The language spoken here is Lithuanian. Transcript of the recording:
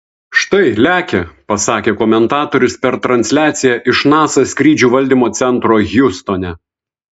štai lekia pasakė komentatorius per transliaciją iš nasa skrydžių valdymo centro hjustone